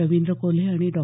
रवींद्र कोल्हे आणि डॉ